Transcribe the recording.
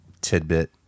tidbit